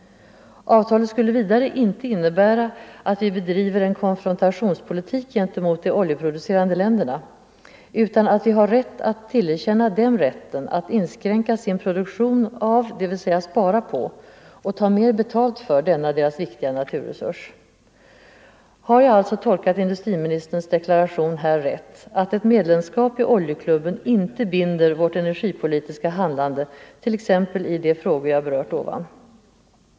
oljeklubben Avtalet skulle vidare inte innebära att vi bedriver en konfrontationspolitik gentemot de oljeproducerande länderna, utan att vi har rätt att tillerkänna dem rätten att inskränka sin produktion av — dvs. spara på - och ta mer betalt för denna deras viktiga naturresurs. Har jag alltså tolkat industriministerns deklaration här rätt, att ett medlemskap i oljeklubben inte binder vårt energipolitiska handlande, t.ex. i de frågor jag berört?